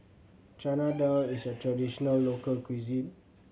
Chana Dal is a traditional local cuisine